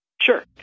Sure